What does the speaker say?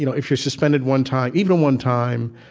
you know if you're suspended one time, even one time,